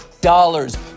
dollars